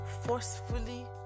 forcefully